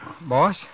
Boss